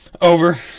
Over